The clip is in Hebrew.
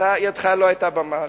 שידך לא היתה במעל,